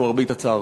למרבה הצער.